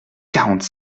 quarante